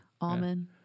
Almond